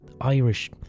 Irish